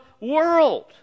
world